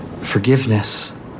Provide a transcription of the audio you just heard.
forgiveness